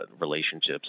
relationships